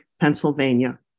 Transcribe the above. Pennsylvania